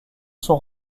sont